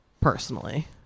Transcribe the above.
personally